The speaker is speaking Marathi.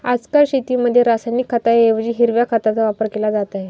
आजकाल शेतीमध्ये रासायनिक खतांऐवजी हिरव्या खताचा वापर केला जात आहे